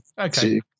okay